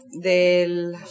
del